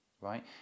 right